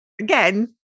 again